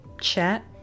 chat